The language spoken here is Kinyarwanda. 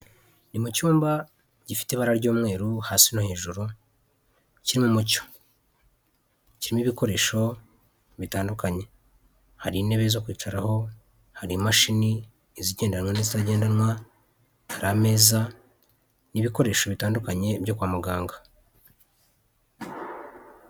Ni mu cyumba gifite ibara ry'umweru hasi no hejuru, kirimo umucyo, kirimo ibikoresho bitandukanye, hari intebe zo kwicaraho, hari imashini, izigendanwa n'izitagendanwa, hari ameza, ni ibikoresho bitandukanye byo kwa muganga.